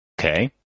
Okay